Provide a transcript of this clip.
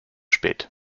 spät